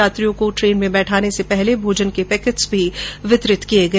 यात्रियों को ट्रेन में बैठाने से पहले भोजन के पैकट्स भी वितरित किए गए